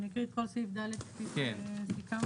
אני אקריא את כל סעיף ד' כפי שסיכמנו?